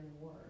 War